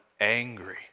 angry